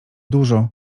dużo